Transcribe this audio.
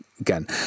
again